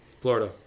Florida